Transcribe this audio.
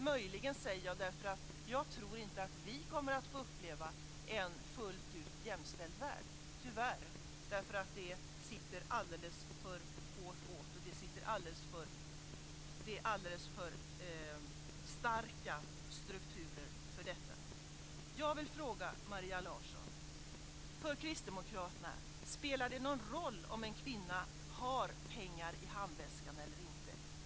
"Möjligen", säger jag, för jag tror tyvärr inte att vi kommer att få uppleva en fullt ut jämställd värld. Det sitter alldeles för hårt åt, och strukturerna är alldeles för starka för detta. Jag vill fråga Maria Larsson: Spelar det någon roll för Kristdemokraterna om en kvinna har pengar i handväskan eller inte?